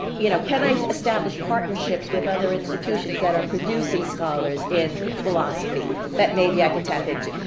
you know can i establish partnerships with other institutions that are producing scholars in philosophy but maybe i can tap into.